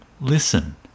listen